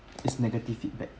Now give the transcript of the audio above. it's negative feedback